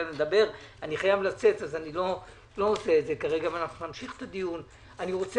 אני חייב לצאת אז אני לא נותן להם לדבר כרגע,